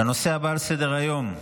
הנושא הבא על סדר-היום,